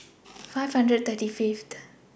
five hundred thirty Fifth